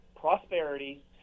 prosperity